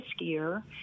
riskier